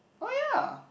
oh ya